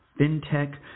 fintech